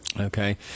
Okay